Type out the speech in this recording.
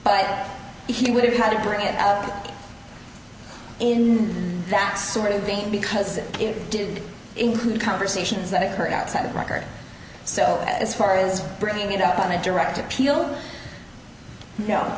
five he would have had to bring it out in that sort of thing because it didn't include conversations that occurred outside of record so as far as bringing it up on a direct appeal